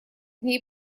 ней